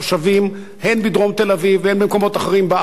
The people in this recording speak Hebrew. הן בדרום תל-אביב והן במקומות אחרים בארץ.